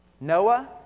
Noah